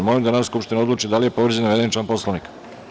Molim da Narodna skupština odluči da li je povređen navedeni član Poslovnika.